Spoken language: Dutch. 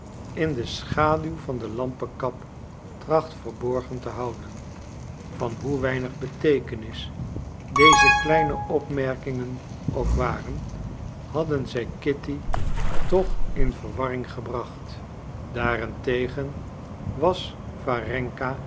in de schaduw van de lampekap trachtte verborgen te houden van hoe weinig beteekenis deze kleine opmerkingen ook waren hadden zij kitty toch in verwarring gebracht daarentegen was warenka